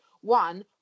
one